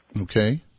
Okay